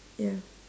ya